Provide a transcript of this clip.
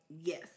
Yes